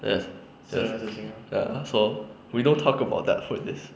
yes yes ya so we don't talk about that for this